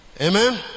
Amen